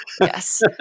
Yes